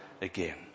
again